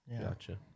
Gotcha